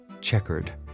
checkered